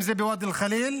אם זה בוואדי אל-ח'ליל,